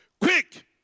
quick